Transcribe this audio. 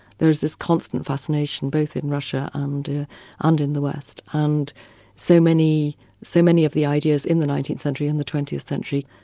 there is this constant fascination, both in russia and and in the west, and so many so many of the ideas in the nineteenth century, in the twentieth century,